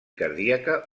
cardíaca